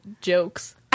jokes